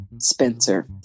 Spencer